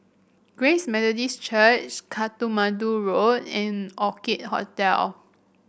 Grace Methodist Church Katmandu Road and Orchid Hotel